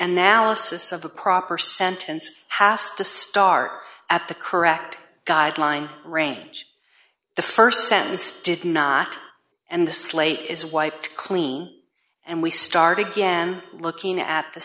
assists of the proper sentence hast to start at the correct guideline range the st sentence did not and the slate is wiped clean and we start again looking at the